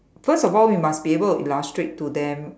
first of all we must be able to illustrate to them